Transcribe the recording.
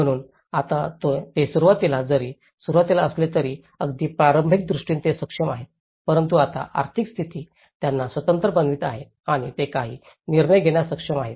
म्हणून आता ते सुरुवातीला जरी सुरुवातीला असले तरी अगदी प्रारंभिक दृष्टीने ते सक्षम आहेत परंतु आता आर्थिक स्थिती त्यांना स्वतंत्र बनवत आहे आणि ते काही निर्णय घेण्यास सक्षम आहेत